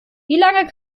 lange